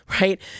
right